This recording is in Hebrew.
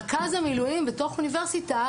לרכז המילואים בתוך אוניברסיטה,